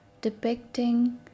depicting